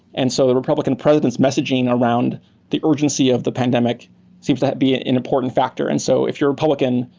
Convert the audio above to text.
and so the republican president's messaging around the urgency of the pandemic seems to be ah an important factor. and so if you're a republican,